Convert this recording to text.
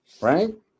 right